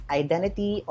identity